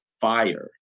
fire